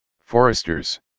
foresters